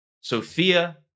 Sophia